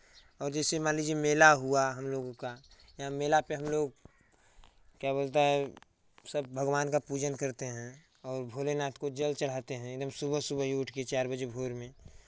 और जैसे मान लीजिए मेला हुआ हम लोगों का यहाँ मेला पे हम लोग क्या बोलता है सब भगवान का पूजन करते हैं और भोले नाथ को जल चढ़ाते हैं एकदम सुबह सुबह ही उठ के चार बजे भोर में